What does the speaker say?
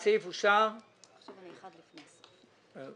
הצבעה בעד, רוב נגד, מיעוט נמנעים, אין תיקון